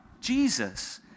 Jesus